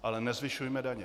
Ale nezvyšujme daně.